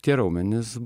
tie raumenys